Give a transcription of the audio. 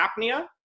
apnea